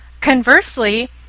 conversely